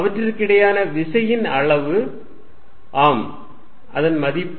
அவற்றுக்கிடையேயான விசையின் அளவு ஆம் அதன் மதிப்பு